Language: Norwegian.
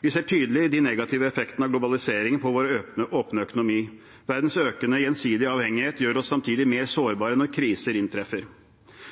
Vi ser tydelig de negative effektene av globaliseringen på vår åpne økonomi. Verdens økende gjensidige avhengighet gjør oss samtidig mer sårbare når kriser inntreffer.